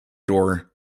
door